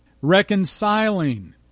Reconciling